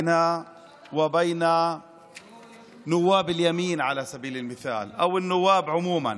אתם יודעים שהמערכה היא לא רק פוליטית אלא גם תרבותית.